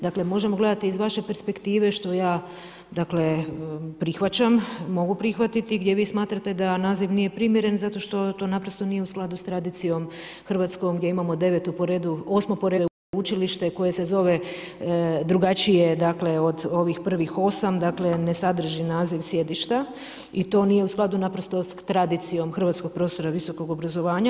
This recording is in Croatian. Dakle, možemo gledati iz vaše perspektive što ja prihvaćam, mogu prihvatiti gdje vi smatrate da naziv nije primjeren zato što to naprosto nije u skladu s tradicijom hrvatskom gdje imamo osmo po redu sveučilište koje se zove drugačije od ovih prvih osam, dakle ne sadrži naziv sjedišta i to nije u skladu naprosto sa tradicijom hrvatskog prostora visokog obrazovanja.